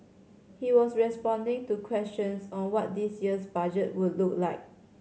he was responding to questions on what this year's Budget would look like